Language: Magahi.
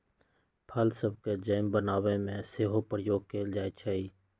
फल सभके जैम बनाबे में सेहो प्रयोग कएल जाइ छइ